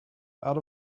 out